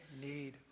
need